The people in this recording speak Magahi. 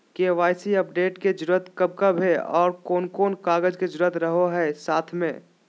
के.वाई.सी अपडेट के जरूरत कब कब है और कौन कौन कागज के जरूरत रहो है साथ में?